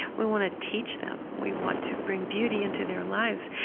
we want to teach them. we want to bring beauty into their lives.